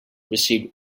received